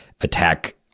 attack